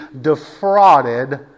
defrauded